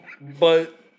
But-